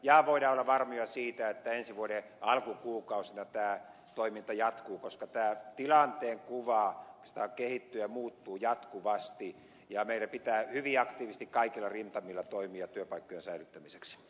voidaan olla varmoja siitä että ensi vuoden alkukuukausina tämä toiminta jatkuu koska tämä tilanteen kuva oikeastaan kehittyy ja muuttuu jatkuvasti ja meidän pitää hyvin aktiivisesti kaikilla rintamilla toimia työpaikkojen säilyttämiseksi